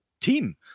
team